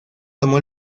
tomó